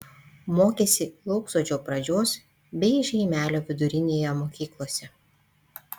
mokėsi lauksodžio pradžios bei žeimelio vidurinėje mokyklose